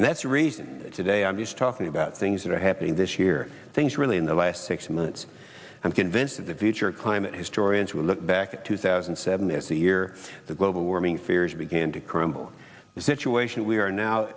and that's a reason today i'm just talking about things that are happening this year things really in the last six months i'm convinced that the future climate historians will look back at two thousand and seven as the year the global warming fears began to crumble is situation we are now